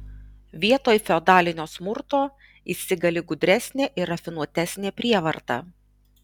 vietoj feodalinio smurto įsigali gudresnė ir rafinuotesnė prievarta